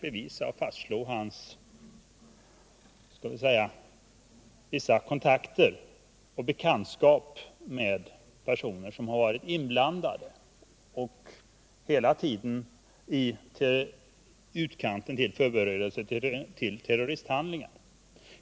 Det kan fastslås att han haft vissa kontakter, varit bekant med personer som varit inblandade och att han hela tiden funnits i utkanten av förberedelserna till terroristhandlingar.